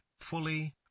fully